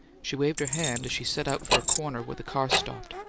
she waved her hand, as she set out for a corner where the cars stopped.